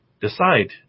decide